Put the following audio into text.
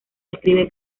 describe